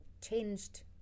changed